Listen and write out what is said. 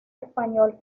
español